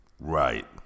Right